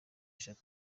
eshanu